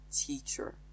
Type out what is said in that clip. teacher